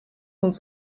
uns